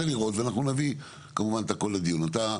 בחלק גדול מהמקומות חוק המטרו באמת מפחית רגולציה ופיקוח.